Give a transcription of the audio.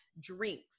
drinks